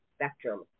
spectrum